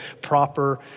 proper